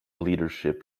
leadership